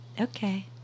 okay